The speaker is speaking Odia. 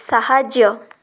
ସାହାଯ୍ୟ